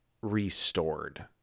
restored